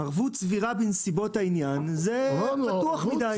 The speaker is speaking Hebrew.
ערבות סבירה בנסיבות העניין, זה פתוח מידי.